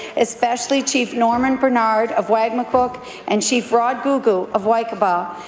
especially chief norman bernard of wagmatcook and chief rod googoo of waycobah,